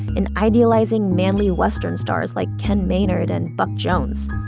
and idealizing manly western stars like ken maynard and buck jones.